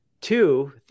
Two